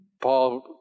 Paul